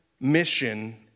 mission